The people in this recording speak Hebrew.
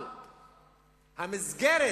אבל המסגרת